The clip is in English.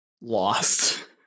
lost